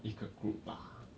一个 group lah